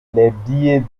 billets